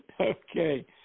Okay